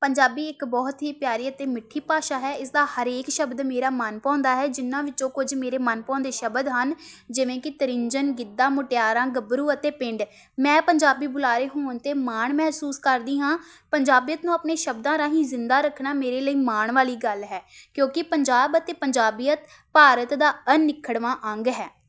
ਪੰਜਾਬੀ ਇੱਕ ਬਹੁਤ ਹੀ ਪਿਆਰੀ ਅਤੇ ਮਿੱਠੀ ਭਾਸ਼ਾ ਹੈ ਇਸ ਦਾ ਹਰੇਕ ਸ਼ਬਦ ਮੇਰਾ ਮਨਭਾਉਂਦਾ ਹੈ ਜਿਨ੍ਹਾਂ ਵਿੱਚੋਂ ਕੁਝ ਮੇਰੇ ਮਨਭਾਉਂਦੇ ਸ਼ਬਦ ਹਨ ਜਿਵੇਂ ਕਿ ਤ੍ਰਿੰਞਣ ਗਿੱਧਾ ਮੁਟਿਆਰਾਂ ਗੱਭਰੂ ਅਤੇ ਪਿੰਡ ਮੈਂ ਪੰਜਾਬੀ ਬੁਲਾਰੇ ਹੋਣ 'ਤੇ ਮਾਣ ਮਹਿਸੂਸ ਕਰਦੀ ਹਾਂ ਪੰਜਾਬੀਅਤ ਨੂੰ ਆਪਣੇ ਸ਼ਬਦਾਂ ਰਾਹੀਂ ਜ਼ਿੰਦਾ ਰੱਖਣਾ ਮੇਰੇ ਲਈ ਮਾਣ ਵਾਲੀ ਗੱਲ ਹੈ ਕਿਉਂਕਿ ਪੰਜਾਬ ਅਤੇ ਪੰਜਾਬੀਅਤ ਭਾਰਤ ਦਾ ਅਨਿੱਖੜਵਾਂ ਅੰਗ ਹੈ